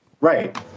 Right